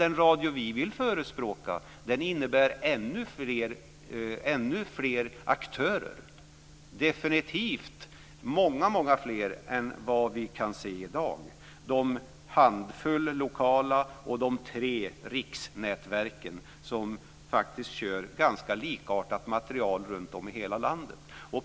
Den radio vi vill förespråka innebär ännu fler aktörer, definitivt många fler än vad vi kan se i dag - en handfull lokala aktörer och tre riksnätverk som faktiskt kör ganska likartat material i hela landet.